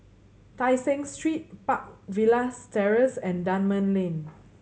Tai Seng Street Park Villas Terrace and Dunman Lane